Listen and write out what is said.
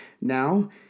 Now